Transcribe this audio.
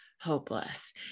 hopeless